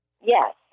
Yes